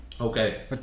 Okay